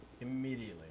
Immediately